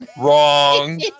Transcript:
Wrong